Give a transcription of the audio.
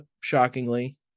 shockingly